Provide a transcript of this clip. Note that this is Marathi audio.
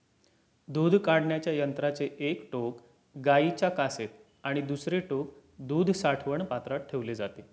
दूध काढण्याच्या यंत्राचे एक टोक गाईच्या कासेत आणि दुसरे टोक दूध साठवण पात्रात ठेवले जाते